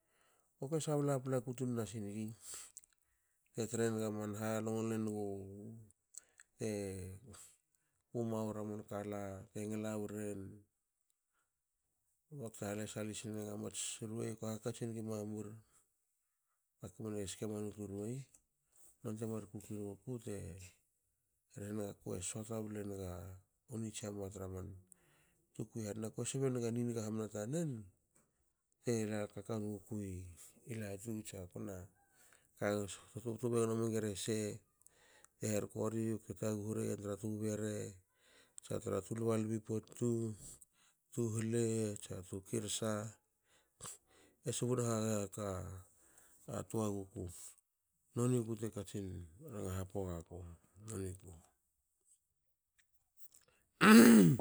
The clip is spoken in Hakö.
Ako sabla palaku tun nasinigi bte trenga manha longle nugu te uma wera man kala te ngla weren bakte halesalis nenga mats ruei kue haka tsinengi mamur aku ko mno ske manu tu ruei. Nonte mar kukui wonguku te rhe gakua kue sota blenga man niomi traman tukui han na na ko sbenga ninga hamna tanen tena kaka nugukui latu tsa kona hi tubtubei gnomenga rese te herko ri ko taguhu regen tra tu bere, tsa tu lbalba potutu tu hula tsa tu kirsa te subun ha gaghe gakua toguku. Noniku te katsin ranga happo gaku. noniku.